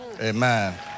amen